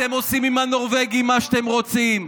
אתם עושים עם הנורבגי מה שאתם רוצים.